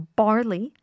barley